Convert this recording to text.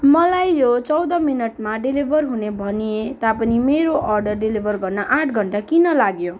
मलाई यो चौध मिनेटमा डेलिभर हुने भनिए तापनि मेरो अर्डर डेलिभर गर्न आठ घन्टा किन लाग्यो